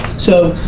so,